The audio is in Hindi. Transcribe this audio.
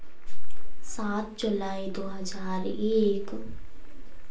सात जुलाई दो हज़ार एक